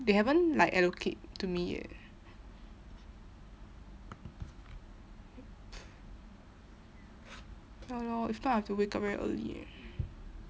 they haven't like allocate to me yet ya lor if not I have to wake up very early eh